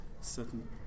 certain